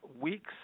weeks